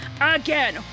Again